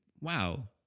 wow